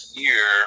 year